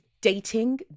dating